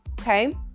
Okay